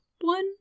one